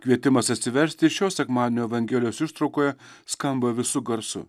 kvietimas atsiversti šio sekmadienio evangelijos ištraukoje skamba visu garsu